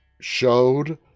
showed